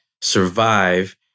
survive